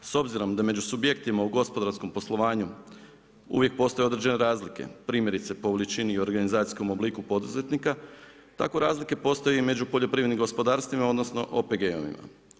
S obzirom da je među subjektima u gospodarskom poslovanju, uvijek postoje razlike, primjerice po veličini i organizacijskom obliku poduzetnika, tako razlike postoje i među poljoprivrednim gospodarstvima, odnosno, OPG-ovma.